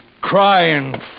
crying